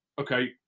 okay